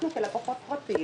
אנחנו כלקוחות פרטיים,